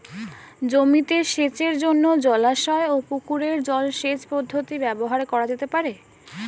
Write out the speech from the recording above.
জমিতে সেচের জন্য জলাশয় ও পুকুরের জল সেচ পদ্ধতি ব্যবহার করা যেতে পারে?